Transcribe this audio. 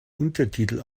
untertitel